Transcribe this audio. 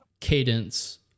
cadence